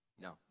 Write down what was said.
No